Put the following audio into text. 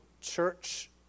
church